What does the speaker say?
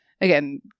again